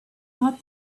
not